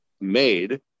made